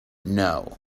know